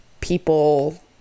people